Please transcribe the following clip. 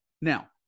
Now